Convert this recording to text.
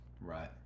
right